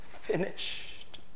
finished